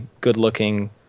good-looking